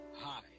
Hi